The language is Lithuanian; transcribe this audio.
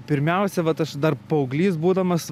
pirmiausia vat aš dar paauglys būdamas